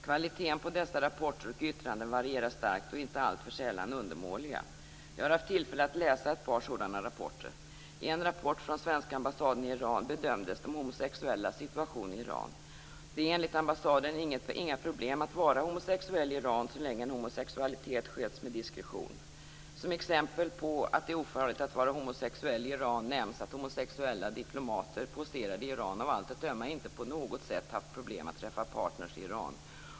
Kvaliteten på dessa rapporter och yttranden varierar starkt och är inte alltför sällan undermålig. Jag har haft tillfälle att läsa ett par sådana rapporter. I en rapport från den svenska ambassaden i Iran bedöms homosexuellas situation i Iran. Det är enligt ambassaden inga problem att vara homosexuell i Iran, så länge en homosexualitet sköts med diskretion. Som exempel på att det är ofarligt att vara homosexuell i Iran nämns att homosexuella diplomater posterade i Iran av allt att döma inte på något sätt haft problem att träffa partner i Iran.